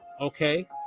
Okay